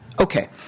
Okay